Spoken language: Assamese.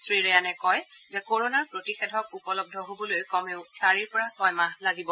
শ্ৰী ৰেয়ানে কয় যে কৰণাৰ প্ৰতিষেধক উপলব্ধ হবলৈ কমেও চাৰিৰ পৰা ছয় মাহ লাগিব